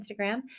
Instagram